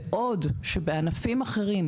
בעוד שבענפים אחרים,